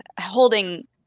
holding